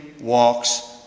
walks